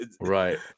Right